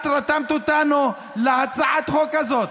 את רתמת אותנו להצעת החוק הזאת.